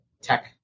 tech